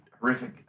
horrific